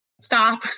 stop